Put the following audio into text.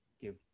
give